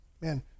Man